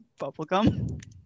Bubblegum